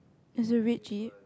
does it rigid